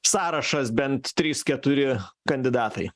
sąrašas bent trys keturi kandidatai